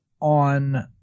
on